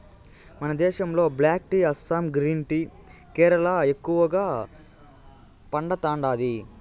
మన దేశంలో black tea Assam green tea Kerala ఎక్కువగా పండతాండాది